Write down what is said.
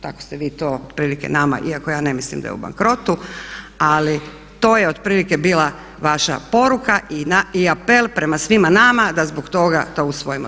Tako ste vi to otprilike nama iako ja ne mislim da je u bankrotu ali to je otprilike bila vaša poruka i apel prema svima nama da to usvojimo.